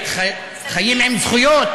חיים עם זכויות,